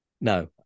No